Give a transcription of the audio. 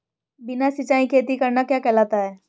बिना सिंचाई खेती करना क्या कहलाता है?